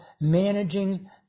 managing